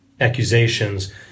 accusations